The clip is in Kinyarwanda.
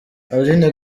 aline